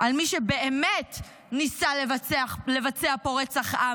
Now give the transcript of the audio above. על מי שבאמת ניסה לבצע פה רצח עם,